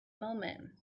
moment